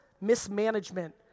mismanagement